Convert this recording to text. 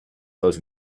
those